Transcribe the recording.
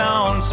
on